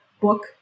book